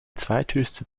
zweithöchste